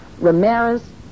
Ramirez